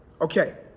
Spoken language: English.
Okay